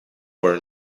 were